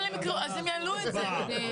אז הם יעלו את זה.